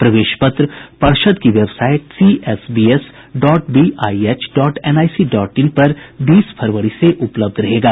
प्रवेश पत्र पर्षद् की website CSBC dot BIH dot NIC dot in पर बीस फरवरी से उपलब्ध रहेगा